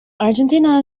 argentina